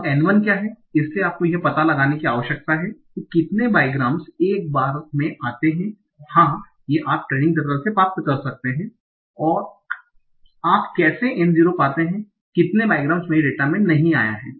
अब N1 क्या है इसलिए आपको यह पता लगाने की आवश्यकता है कि कितने बाइग्राम्स 1 बार मे आते हैं हा ये आप ट्रेनिंग डेटा से पा सकते हैं कि आप कैसे N0 पाते हैं कि कितने बाइग्राम्स मेरे डेटा में नहीं आया हैं